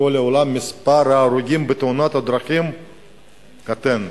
בכל העולם מספר ההרוגים בתאונות הדרכים קטן.